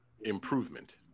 improvement